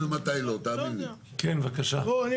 כן, מוני